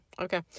okay